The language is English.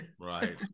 Right